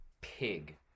Pig